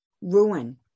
ruin